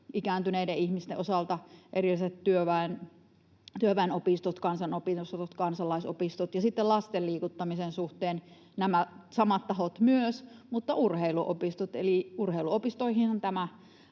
ikääntyneiden ihmisten osalta — erilaiset työväenopistot, kansanopistot, kansalaisopistot. Ja sitten lasten liikuttamisen suhteen nämä samat tahot mutta myös urheiluopistot, eli urheiluopistoihinhan tämä